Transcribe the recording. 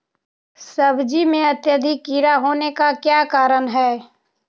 सब्जी में अत्यधिक कीड़ा होने का क्या कारण हैं?